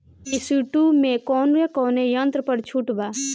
ई.सी two मै कौने कौने यंत्र पर छुट बा?